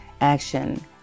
action